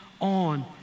on